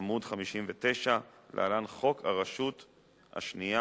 עמוד 59, להלן: חוק הרשות השנייה,